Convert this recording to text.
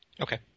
Okay